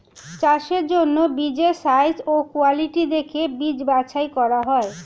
চাষের জন্য বীজের সাইজ ও কোয়ালিটি দেখে বীজ বাছাই করা হয়